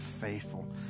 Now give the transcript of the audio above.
faithful